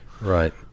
Right